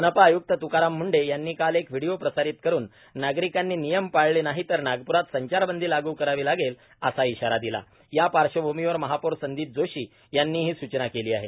मनपा आय्क्त त्काराम मुंढे यांनी काल एक व्हिडिओ प्रसारित करून नागरिकांनी नियम पाळले नाही तर नागप्रात संचारबंदी लागू करावी लागेल असा इशारा दिला या पार्श्वभूमीवर महापौर संदीप जोशी यांनी ही सूचना केली आहे